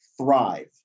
Thrive